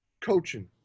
coaching